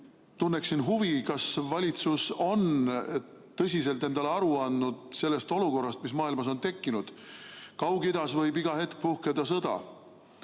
tunnen huvi, kas valitsus on tõsiselt endale aru andnud, milline olukord on maailmas tekkinud. Kaug-Idas võib iga hetk puhkeda sõda.